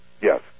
Yes